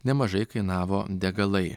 nemažai kainavo degalai